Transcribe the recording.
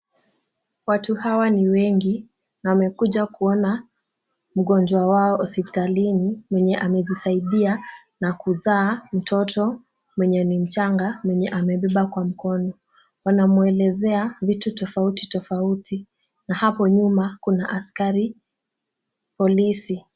Watu hawa ni wengi na wamekuja kuona mgonjwa wao hospitalini, mwenye amejisaidia na kuzaa mtoto mwenye ni mchanga mwenye amebeba kwa mkono. Wanamuelezea vitu tofauti tofauti na hapo nyuma kuna askari polisi.